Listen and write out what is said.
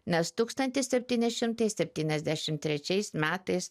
nes tūkstantis septyni šimtai septyniasdešimt trečiais metais